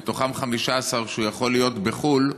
מהם 15 שהוא יכול להיות בחו"ל,